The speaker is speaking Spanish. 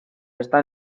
está